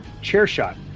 CHAIRSHOT